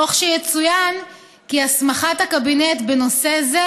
תוך שיצוין כי הסמכת הקבינט בנושא זה